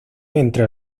entre